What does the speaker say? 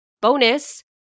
bonus